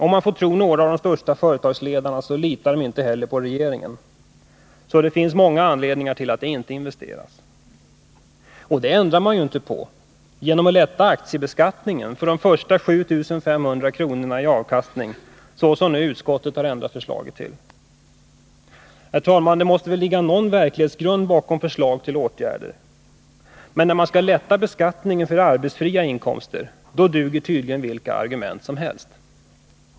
Om man får tro några av de största företagsledarna litar de inte på regeringen heller. Det finns alltså många anledningar till att det inte investeras. Och det ändrar man inte på genom att lätta aktiebeskattningen på de första 7 500 kronorna i avkastning, som utskottet nu har ändrat förslaget till. Herr talman! Det måste väl finnas någon verklighetsbakgrund bakom förslag till åtgärder. Men när man skall lätta beskattningen för arbetsfria inkomster, då duger tydligen vilka argument som helst.